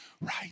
right